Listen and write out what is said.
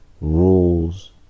rules